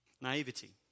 Naivety